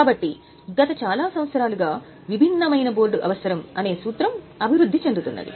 కాబట్టి గత చాలా సంవత్సరాలుగా విభిన్నమైన బోర్డు అవసరం అనే సూత్రం అభివృద్ధి చెందుతున్నది